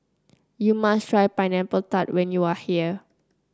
you must try Pineapple Tart when you are here